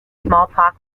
smallpox